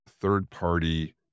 third-party